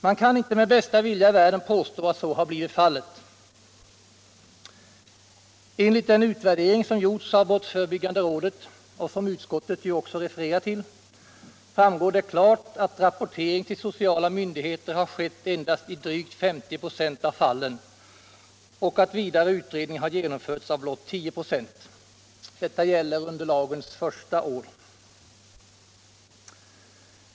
Man kan dock inte med bästa vilja i världen påstå att så har blivit fallet. Enligt den utvärdering som gjorts av brottsförebyggande rådet och som utskottet ju också refererar till framgår det klart att rapportering till sociala myndigheter har skett endast i 50 ”5 av fallen och att vidare utredning har genomförts i blott 10 v. Detta gäller lagens första år.